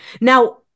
Now